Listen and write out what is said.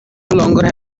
longer